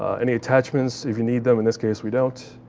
any attachments, if you need them. in this case we don't.